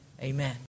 Amen